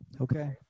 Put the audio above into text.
Okay